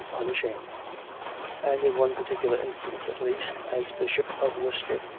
unashamed and in one particular instance, at least, as bishop of worcester,